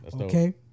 Okay